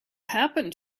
happened